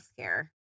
healthcare